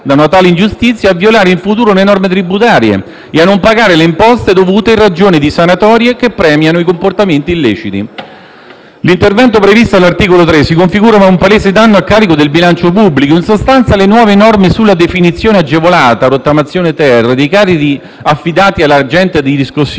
da una tale ingiustizia a violare in futuro le norme tributarie e a non pagare le imposte dovute in ragione di sanatorie che premiano i comportamenti illeciti. L'intervento previsto all'articolo 3 si configura come un palese danno a carico del bilancio pubblico. In sostanza, le nuove norme sulla definizione agevolata (rottamazione-*ter*) dei carichi affidati all'agente di riscossione